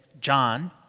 John